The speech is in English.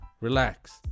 Relax